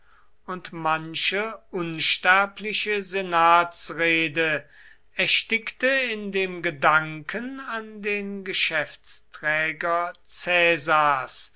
und manche unsterbliche senatsrede erstickte in dem gedanken an den geschäftsträger caesars